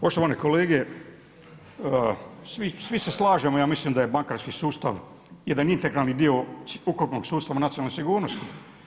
Poštovane kolege, svi se slažemo ja mislim da je bankarski sustav jedan integralni dio ukupnog sustava nacionalne sigurnosti.